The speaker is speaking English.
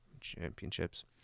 championships